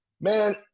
man